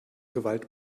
gewalt